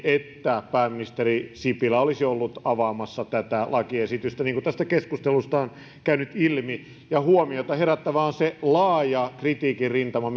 että pääministeri sipilä olisivat olleet avaamassa tätä lakiesitystä niin kuin tästä keskustelusta on käynyt ilmi huomiota herättävää on se laaja kritiikin rintama